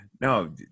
No